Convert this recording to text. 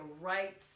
right